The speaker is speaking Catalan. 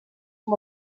com